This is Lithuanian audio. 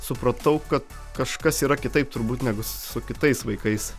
supratau kad kažkas yra kitaip turbūt negu su kitais vaikais